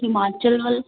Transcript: ਹਿਮਾਚਲ ਵੱਲ